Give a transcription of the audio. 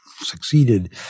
succeeded